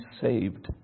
saved